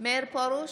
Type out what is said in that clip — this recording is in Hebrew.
מאיר פרוש,